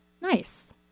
Nice